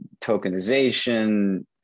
tokenization